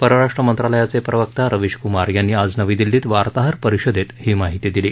परराष्ट्र मंत्रालयाचे प्रवक्ता रविश कुमार यांनी आज नवी दिल्लीत वार्ताहर परिषदेत ही माहिती दिली